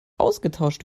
ausgetauscht